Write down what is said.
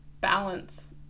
balance